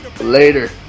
Later